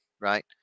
right